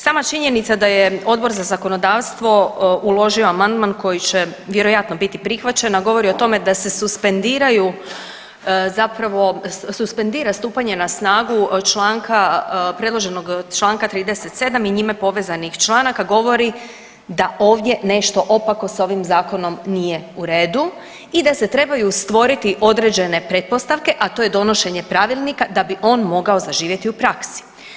Sama činjenica da je Odbor za zakonodavstvo uložio amandman koji će vjerojatno biti prihvaćen, a govori o tome da se suspendira stupanje na snagu predloženog čl. 37. i njime povezanih članaka govori da ovdje nešto opako sa ovim zakonom nije u redu i da se trebaju stvoriti određene pretpostavke, a to je donošenje pravilnika da bi on mogao zaživjeti u praksi.